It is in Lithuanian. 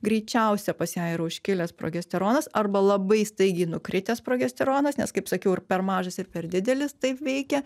greičiausia pas ją yra užkilęs progesteronas arba labai staigiai nukritęs progesteronas nes kaip sakiau ir per mažas ir per didelis taip veikia